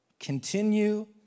Continue